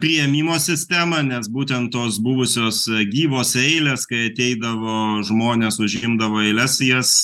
priėmimo sistemą nes būtent tos buvusios gyvos eilės kai ateidavo žmonės užimdavo eiles jas